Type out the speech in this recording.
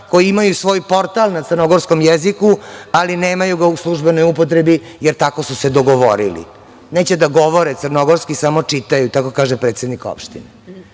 koji imaju svoj portal na crnogorskom jeziku, ali ga nemaju u službenoj upotrebi, jer tako su se dogovorili. Neće da govore crnogorski, samo čitaju, tako kaže predsednik opštine. To